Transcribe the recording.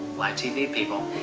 live tv, people.